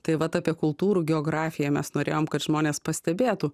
tai vat apie kultūrų geografiją mes norėjom kad žmonės pastebėtų